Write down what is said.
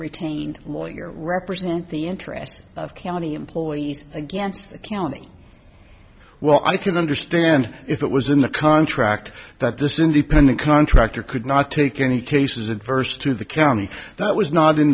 retain lawyer represent the interests of county employees against the county well i can understand if it was in the contract that this independent contractor could not take any cases adverse to the county that was not in